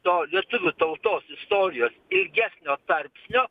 to lietuvių tautos istorijos ilgesnio tarpsnio